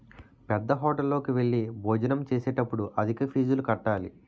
పేద్దహోటల్లోకి వెళ్లి భోజనం చేసేటప్పుడు అధిక ఫీజులు కట్టాలి